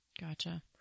Gotcha